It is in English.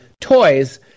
toys